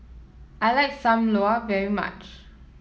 I like Sam Lau very much